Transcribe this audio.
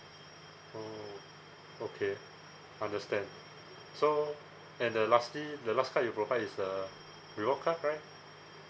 oh okay understand so and uh lastly the last card you provide is the reward card right